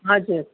हजुर